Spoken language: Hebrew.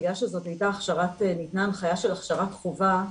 בגלל שניתנה הנחיה של הכשרת חובה,